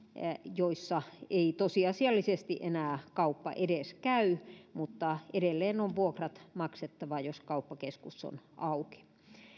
joissa ei tosiasiallisesti enää kauppa edes käy mutta edelleen on vuokrat maksettava jos kauppakeskus on auki